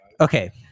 Okay